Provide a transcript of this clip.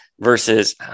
versus